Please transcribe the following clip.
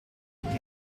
imply